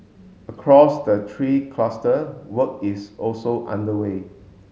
across the three cluster work is also underway